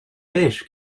fish